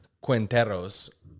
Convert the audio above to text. Quintero's